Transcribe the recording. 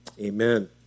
Amen